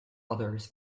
others